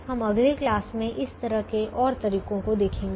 हम अगली क्लास में इस तरह के और तरीके को देखेंगे